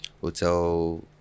hotel